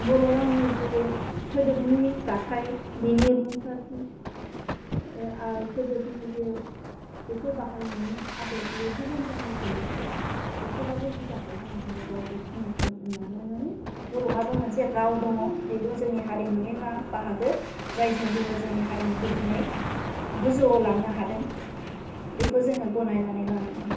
बर' रावनि जे सोदोबनि दाथाय बेनि रिंसारथि सोदोबनि जे बेखौ बाहायनायनि आदब गुबुन रावनिख्रुइ एसेबाबो जुदाखाय जोङो दिनै गावखौ सिनायसार जानाय माने बर'हाबो मोनसे राव दङ बेबो जोंनि हारिमुनि बाहागो जायजों जोङो जोंनि हारिमुखौ दिनै गोजौवाव लांनो हादों बेखौ जोङो गनायनानै लानां